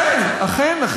לא מטפל בהם.